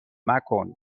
مکن